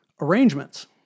arrangements